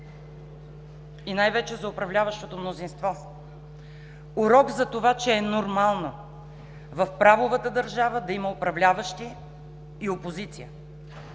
и най-вече за управляващото мнозинство. Урок за това, че е нормално в правовата държава да има управляващи и опозиция,